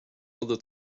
other